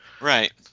Right